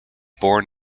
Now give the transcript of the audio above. born